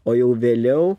o jau vėliau